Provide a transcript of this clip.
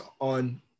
on